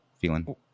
feeling